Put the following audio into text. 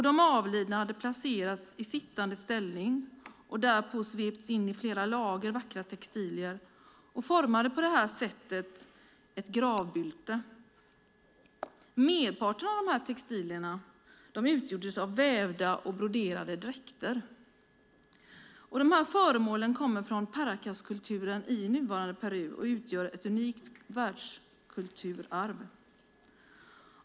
De avlidna hade placerats i sittande ställning och svepts in i flera lager vackra textilier och formade ett gravbylte. Merparten av textilierna var vävda och broderade dräkter. Föremålen kommer från Paracaskulturen i nuvarande Peru och utgör ett unikt världskulturarv.